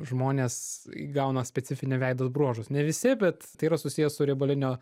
žmonės įgauna specifinį veido bruožus ne visi bet tai yra susiję su riebalinio